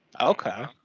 Okay